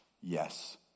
yes